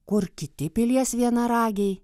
kur kiti pilies vienaragiai